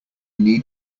need